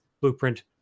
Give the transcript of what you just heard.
blueprint